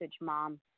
Mom